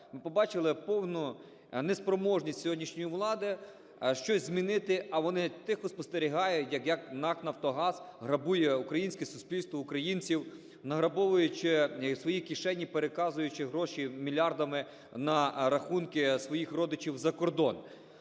Ми побачили повну неспроможність сьогоднішньої влади щось змінити, а вони тихо спостерігають, як НАК "Нафтогаз" грабує українське суспільство, українців, награбовуючи в свої кишені, переказуючи гроші мільярдами на рахунки своїх родичів за кордон.